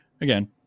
again